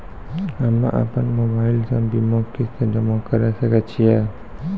हम्मे अपन मोबाइल से बीमा किस्त जमा करें सकय छियै?